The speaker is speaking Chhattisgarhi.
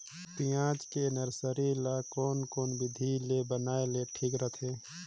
पियाज के नर्सरी ला कोन कोन विधि ले बनाय ले ठीक रथे?